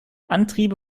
antriebe